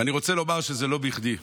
ואני רוצה לומר שזה לא בכדי.